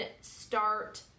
start